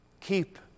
keep